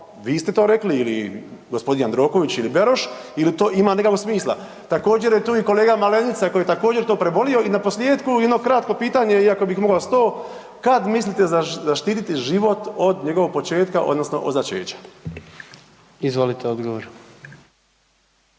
vi ste to rekli ili g. Jandroković ili Beroš ili to ima nekakvog smisla? Također je tu i kolega Malenica koji je također to prebolio. I na posljetku jedno kratko pitanje iako bi ih imao 100, kad mislite zaštititi život od njegovog početka odnosno od začeća? **Jandroković,